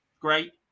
great